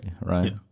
right